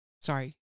sorry